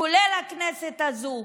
כולל הכנסת הזאת,